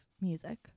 music